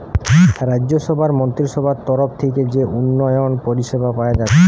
রাজ্যসভার মন্ত্রীসভার তরফ থিকে যে উন্নয়ন পরিষেবা পায়া যাচ্ছে